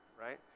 Right